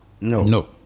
No